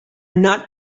not